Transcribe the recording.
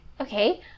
Okay